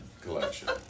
collection